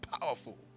powerful